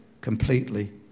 completely